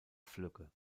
flügge